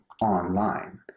online